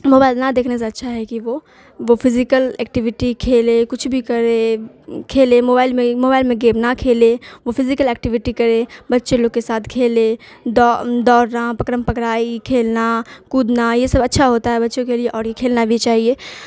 mobile نہ دیکھنے سے اچھا ہے کہ وہ وہ فزیکل ایکٹیویٹی کھیلے کچھ بھی کرے کھیلے موبائل میں ہی موبائل میں گیم نہ کھیلے وہ فزیکل ایکٹیویٹی کرے بچے لوگ کے ساتھ کھیلے دورنا پکرم پکڑائی کھیلنا کودنا یہ سب اچھا ہوتا ہے بچوں کے لیے اور یہ کھیلنا بھی چاہیے